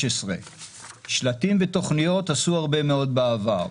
2015. שלטים ותכניות עשו הרבה מאוד בעבר.